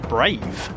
Brave